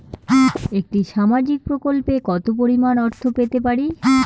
একটি সামাজিক প্রকল্পে কতো পরিমাণ অর্থ পেতে পারি?